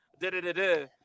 Da-da-da-da